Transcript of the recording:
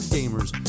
Gamers